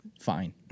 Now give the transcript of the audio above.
fine